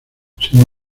sin